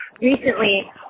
recently